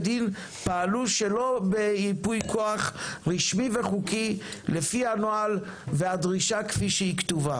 דין פעלו שלא בייפוי כוח רשמי וחוקי לפי הנוהל והדרישה כפי שהיא כתובה,